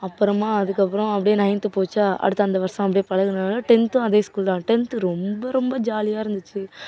அப்புறமா அதுக்கப்புறம் அப்படியே நைன்த்து போச்சா அடுத்து அந்த வருஷம் அப்படியே பழகினதுனால டென்த்தும் அதே ஸ்கூல் தான் டென்த்து ரொம்ப ரொம்ப ஜாலியாக இருந்துச்சு